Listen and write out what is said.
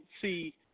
see